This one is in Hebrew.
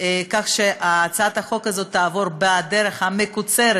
כך שהצעת החוק הזאת תעבור בדרך המקוצרת,